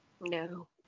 No